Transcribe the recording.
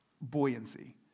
buoyancy